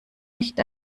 nicht